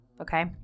Okay